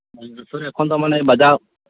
ᱟᱥᱚᱞᱨᱮ ᱮᱠᱷᱚᱱ ᱫᱚ ᱢᱟᱱᱮ ᱵᱟᱡᱟᱣ